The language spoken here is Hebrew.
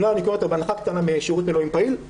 אמנם אני קונה אותו בהנחה קטנה משירות מילואים פעיל,